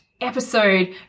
episode